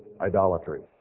Idolatry